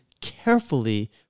carefully